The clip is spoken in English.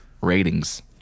Ratings